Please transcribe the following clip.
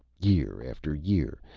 year after year,